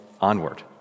onward